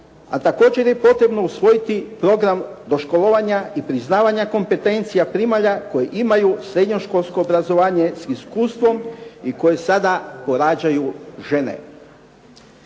a također je potrebno usvojiti program doškolovanja i priznavanja kompetencija primalja koje imaju srednjoškolsko obrazovanje s iskustvom i koje sada porađaju žene.